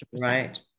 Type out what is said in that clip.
Right